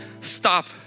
stop